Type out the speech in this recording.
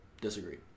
disagree